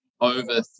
over